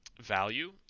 value